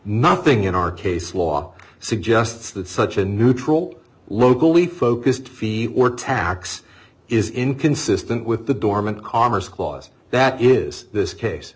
nothing in our case law suggests that such a neutral locally focused fee or tax is inconsistent with the dormant commerce clause that is this case